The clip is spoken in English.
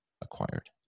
acquired